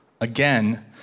Again